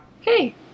Hey